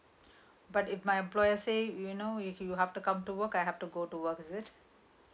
but if my employer say you know if you have to come to work I have to go to work is it